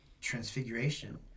transfiguration